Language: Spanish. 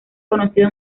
conocido